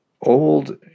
old